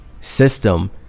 system